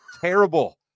Terrible